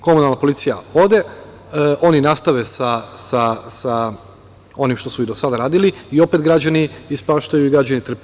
Komunalna policija ode, oni nastave sa onim što su i do tada radili i opet građani ispaštaju i građani trpe.